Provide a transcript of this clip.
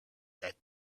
said